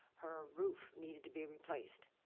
her roof needed to be replaced,